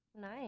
Nice